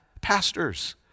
pastors